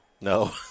No